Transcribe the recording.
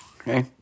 Okay